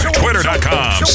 twitter.com